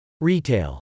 Retail